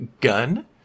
gun